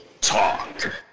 Talk